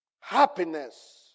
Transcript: happiness